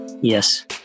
yes